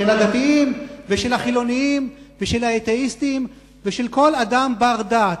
של הדתיים ושל החילונים ושל האתאיסטים ושל כל אדם בר-דעת.